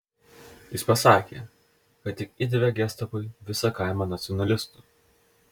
jis pasakė kad tik įdavė gestapui visą kaimą nacionalistų